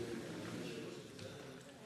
בזה: